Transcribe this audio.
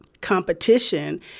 competition